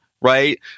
right